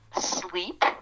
sleep